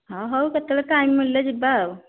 ହଁ ହଉ କେତେବେଳେ ଟାଇମ୍ ମିଳିଲେ ଯିବା ଆଉ